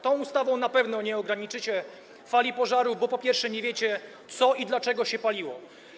Tą ustawą na pewno nie ograniczycie fali pożarów, bo, po pierwsze, nie wiecie co i dlaczego się paliło.